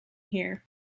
here